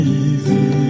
easy